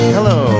Hello